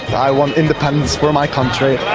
i want independence for my country,